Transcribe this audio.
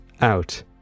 out